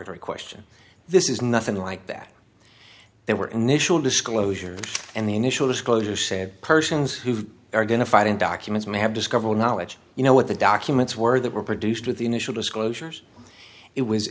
very question this is nothing like that there were initial disclosure and the initial disclosures said persons who are going to fight in documents may have discovered knowledge you know what the documents were that were produced with the initial disclosures it was